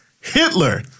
Hitler